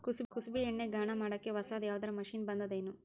ಕುಸುಬಿ ಎಣ್ಣೆ ಗಾಣಾ ಮಾಡಕ್ಕೆ ಹೊಸಾದ ಯಾವುದರ ಮಷಿನ್ ಬಂದದೆನು?